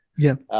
yep,